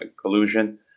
Collusion